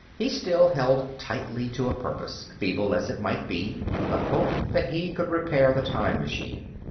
he still held tightly to a purpose, feeble as it might be the hope that he could repair the time machine.